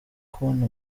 kubona